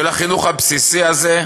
של החינוך הבסיסי הזה,